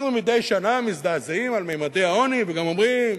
אנחנו מדי שנה מזדעזעים מממדי העוני וגם אומרים: